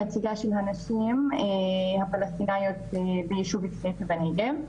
כל הזכויות שלהן לא מוכרות בארץ כמו למשל הזכויות של לשכת הרווחה,